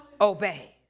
obey